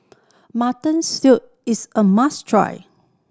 Mutton Stew is a must try